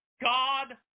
God